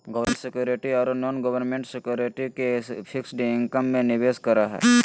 government securities ओरो non government securities के fixed income में निवेश करे हइ